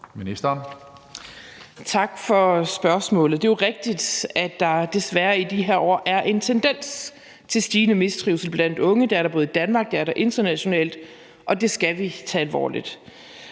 Egelund): Tak for spørgsmålet. Det er jo rigtigt, at der desværre i de her år er en tendens til stigende mistrivsel blandt unge. Det er der både i Danmark og internationalt, og det skal vi tage alvorligt.